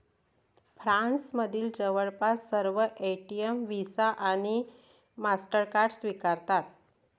फ्रान्समधील जवळपास सर्व एटीएम व्हिसा आणि मास्टरकार्ड स्वीकारतात